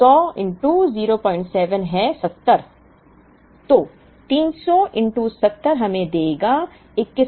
तो 300 70 हमें देगा 21000